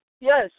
Yes